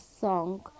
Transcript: song